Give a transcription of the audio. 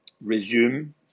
resume